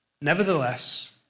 Nevertheless